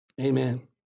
Amen